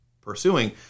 pursuing